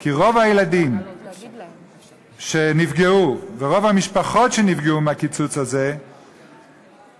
כי רוב הילדים שנפגעו ורוב המשפחות שנפגעו מהקיצוץ הזה הם